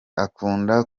akunda